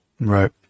Right